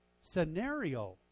scenario